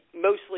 mostly